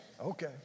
Okay